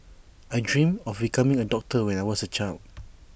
I dreamt of becoming A doctor when I was A child